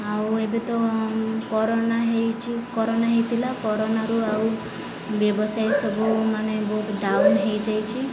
ଆଉ ଏବେ ତ କରୋନା ହୋଇଛି କରୋନା ହେଇଥିଲା କରୋନାରୁ ଆଉ ବ୍ୟବସାୟ ସବୁ ମାନେ ବହୁତ ଡ଼ାଉନ୍ ହୋଇଯାଇଛିି